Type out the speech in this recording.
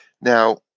Now